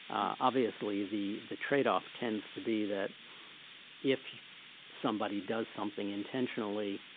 obviously the the trade-off tends to be that if somebody does something intentionally,